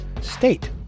state